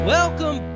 Welcome